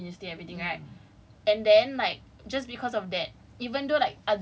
the spotlight has has is already on us cause we're like the top university everything right